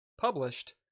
published